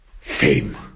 fame